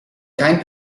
kein